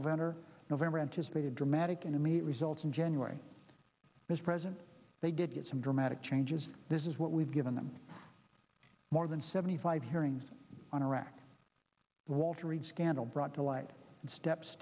november november anticipated dramatic and immediate results in january mispresent they did get some dramatic changes this is what we've given them more than seventy five hearings on iraq the walter reed scandal brought to light and steps